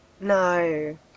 No